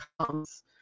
comes